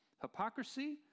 hypocrisy